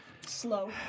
Slow